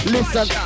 Listen